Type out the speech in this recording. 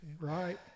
Right